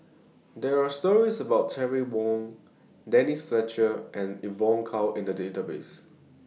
There Are stories about Terry Wong Denise Fletcher and Evon Kow in The Database